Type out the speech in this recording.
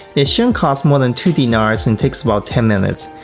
it shouldn't cost more than two dinar and takes about ten minutes.